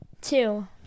two